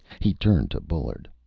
he turned to bullard.